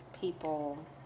people